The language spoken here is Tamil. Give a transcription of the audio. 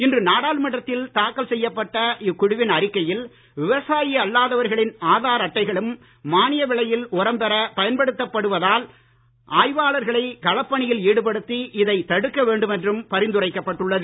இன்று நாடாளுமன்றத்தில் தாக்கல் செய்யப்பட்ட இக்குழுவின் அறிக்கையில் விவசாயி அல்லாதவர்களின் ஆதார் அட்டைகளும் மானிய விலையில் உரம் பெற பயன்படுத்தப் படுவதால் ஆய்வாளர்களை களப்பணியில் ஈடுபடுத்தி இதைத் தடுக்க வேண்டும் என்றும் பரிந்துரைக்கப் பட்டுள்ளது